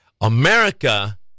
America